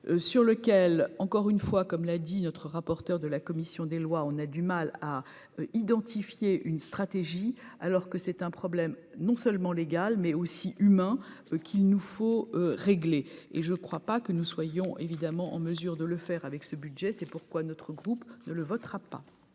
sur lequel encore une fois, comme l'a dit notre rapporteur de la commission des lois, on a du mal à identifier une stratégie alors que c'est un problème non seulement légal mais aussi humain, ce qu'il nous faut régler et je ne crois pas que nous soyons évidemment en mesure de le faire avec ce budget, c'est pourquoi notre groupe le votera pas.